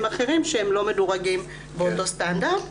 אחרים שהם לא מדורגים באותו סטנדרט,